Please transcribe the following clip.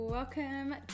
Welcome